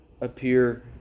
appear